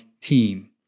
team